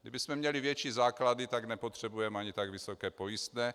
Kdybychom měli větší základy, tak nepotřebujeme ani tak vysoké pojistné.